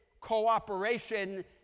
cooperation